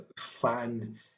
fan